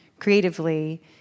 creatively